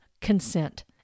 consent